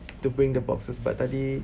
to bring the boxes but tadi